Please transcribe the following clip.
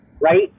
right